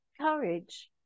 courage